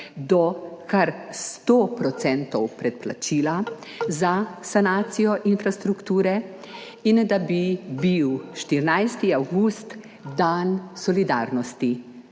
do kar 100 % predplačila za sanacijo infrastrukture in da bi bil 14. avgust dan solidarnosti.